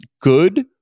good